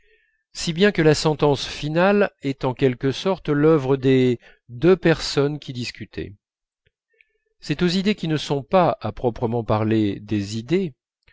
si bien que la sentence finale est en quelque sorte l'œuvre des deux personnes qui discutaient c'est aux idées qui ne sont pas à proprement parler des idées